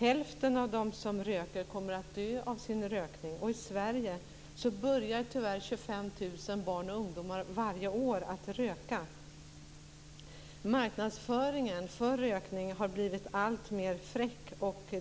Hälften av dem som röker kommer att dö av sin rökning, och i Sverige börjar tyvärr 25 000 barn och ungdomar varje år att röka. Marknadsföringen för rökning har blivit alltmer fräck.